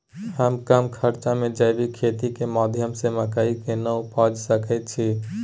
हम कम खर्च में जैविक खेती के माध्यम से मकई केना उपजा सकेत छी?